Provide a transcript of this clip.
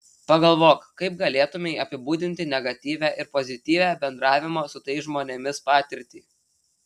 pagalvok kaip galėtumei apibūdinti negatyvią ir pozityvią bendravimo su tais žmonėmis patirtį